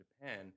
Japan